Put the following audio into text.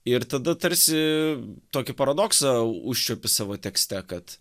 ir tada tarsi tokį paradoksą užčiuopi savo tekste kad